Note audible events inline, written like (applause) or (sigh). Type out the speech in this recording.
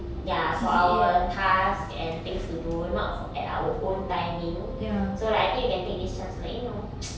ya for our tasks and things to do not at our own timing so like I think we can take this chance to like you know (noise)